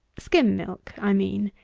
skim-milk i mean.